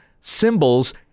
symbols